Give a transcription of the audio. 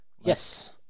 Yes